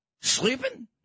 Sleeping